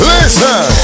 Listen